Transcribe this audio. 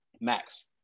max